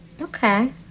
Okay